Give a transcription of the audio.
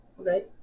Okay